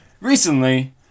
recently